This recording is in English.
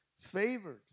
favored